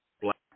Black